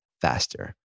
faster